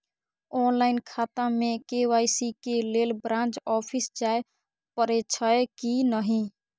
Online खाता में KYC के लेल ब्रांच ऑफिस जाय परेछै कि नहिं?